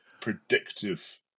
predictive